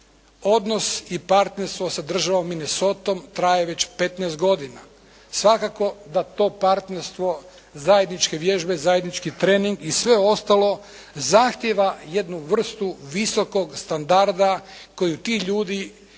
Odnos i partnerstvo sa državom Minesotom traje već petnaest godina. Svakako da to partnerstvo, zajedničke vježbe, zajednički trening i sve ostalo zahtijeva jednu vrstu visokog standarda koju ti ljudi kad